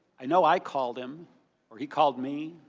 i though i called him or he called me,